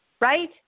right